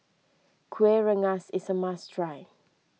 Kueh Rengas is a must try